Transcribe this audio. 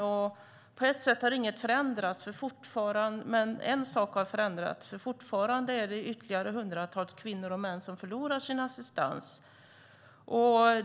På ett sätt har inget förändrats, men en sak har förändrats. Fortfarande är det hundratals kvinnor och män som förlorar sin assistans.